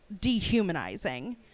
dehumanizing